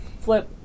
flip